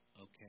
okay